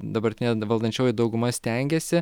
dabartinė valdančioji dauguma stengiasi